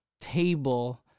table